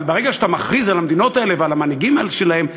אבל ברגע שאתה מכריז על המדינות האלה ועל המנהיגים שלהן כצבועים,